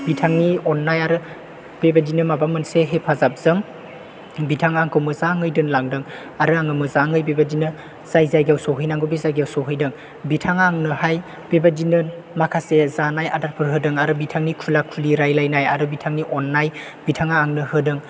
बिथांनि अननाय आरो बेबायदिनो माबा मोनसे हेफाजाबजों बिथाङा आंखौ मोजाङै दोनलांदों आरो आङो मोजाङै बेबायदिनो जाय जायगायाव सौहैनांगौ बे जायगायाव सौहैदों बिथाङा आंनोहाय बेबायदिनो माखासे जानाय आदारफोर होदों आरो बिथांनि खुला खुलि रायज्लायनाय आरो बिथांनि अननाय बिथाङा आंनो होदों